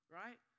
right